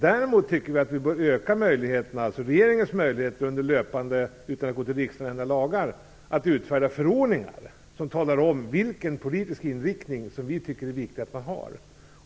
Däremot tycker vi att vi bör öka regeringens möjligheter att utan att gå till riksdagen och ändra lagar utfärda förordningar som talar om vilken politisk inriktning som vi tycker att det är viktigt att vi har.